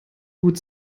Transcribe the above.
gut